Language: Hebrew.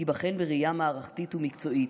ייבחן בראייה מערכתית ומקצועית.